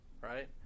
right